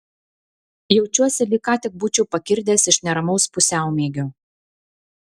jaučiuosi lyg ką tik būčiau pakirdęs iš neramaus pusiaumiegio